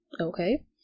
okay